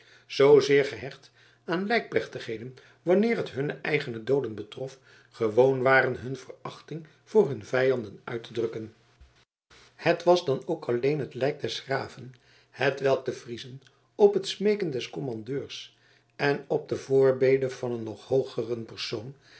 zoozeer gehecht aan lijkplechtigheden wanneer het hunne eigene dooden betrof gewoon waren hun verachting voor hun vijanden uit te drukken het was dan ook alleen het lijk des graven hetwelk de friezen op het smeeken des commandeurs en op de voorbede van een nog hoogeren persoon